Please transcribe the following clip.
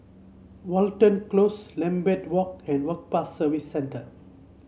Watten Close Lambeth Walk and Work Pass Service Centre